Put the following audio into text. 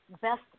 Best